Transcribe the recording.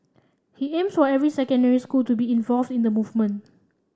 he aims for every secondary school to be involved in the movement